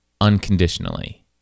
unconditionally